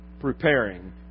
preparing